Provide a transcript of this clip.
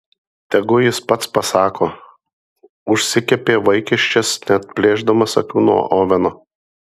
tegu jis pats pasako užsikepė vaikiščias neatplėšdamas akių nuo oveno